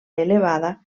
elevada